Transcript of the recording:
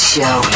Show